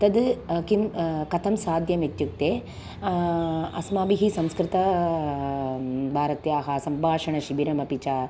तद् किं कथं साध्यम् इत्युक्ते अस्माभिः संस्कृतभारत्याः सम्भाषणशिबिरमपि च